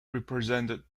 represented